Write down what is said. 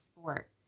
sport